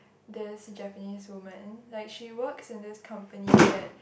this Japanese woman like she works in this company that